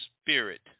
spirit